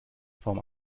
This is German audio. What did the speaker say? form